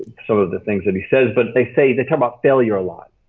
some of the things that he says, but they say. they talk about failure a lot.